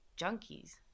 junkies